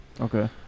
Okay